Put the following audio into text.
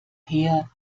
her